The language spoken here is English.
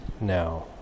now